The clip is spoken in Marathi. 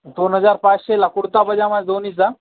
दोन हजार पाचशेला कुर्ता पजामा दोन्हीचा